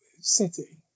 City